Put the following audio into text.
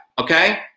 Okay